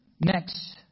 next